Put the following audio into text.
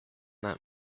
that